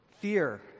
Fear